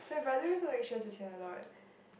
my brother also like Xue-Zhi-Qian a lot